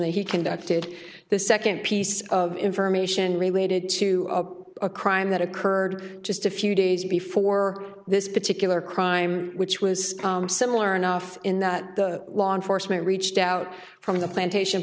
that he conducted the second piece of information related to a crime that occurred just a few days before this particular crime which was similar enough in that the law enforcement reached out from the plantation